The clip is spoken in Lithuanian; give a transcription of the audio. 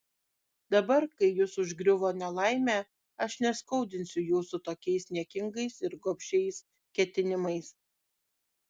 dabar kai jus užgriuvo nelaimė aš neskaudinsiu jūsų tokiais niekingais ir gobšiais ketinimais